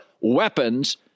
weapons